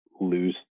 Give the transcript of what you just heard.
lose